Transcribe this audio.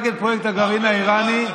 נגד פרויקט הגרעין האיראני,